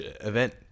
event